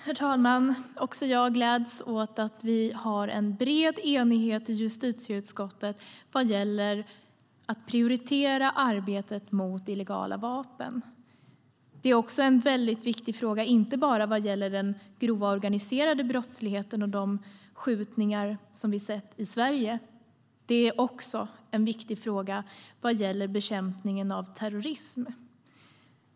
Herr talman! Också jag gläds åt att vi har en bred enighet i justitieutskottet vad gäller att prioritera arbetet mot illegala vapen. Det är en viktig fråga inte bara när det gäller den grova organiserade brottsligheten och de skjutningar vi haft i Sverige. Det är också en viktig fråga när det gäller bekämpningen av terrorism.